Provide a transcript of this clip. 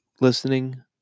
listening